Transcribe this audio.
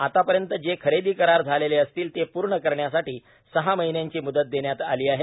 आतापर्यंत जे खरेदी करार झालेले असतील ते पूर्ण करण्यासाठी सहा महिन्यांची मुदत देण्यात आली आहे